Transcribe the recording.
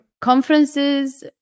conferences